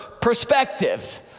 perspective